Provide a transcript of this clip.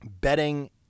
betting